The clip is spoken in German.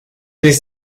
nicht